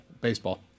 Baseball